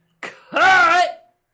cut